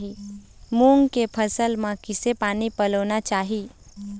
मूंग के फसल म किसे पानी पलोना चाही?